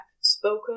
spoken